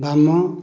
ବାମ